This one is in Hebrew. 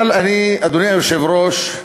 אבל אני, אדוני היושב-ראש,